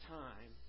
time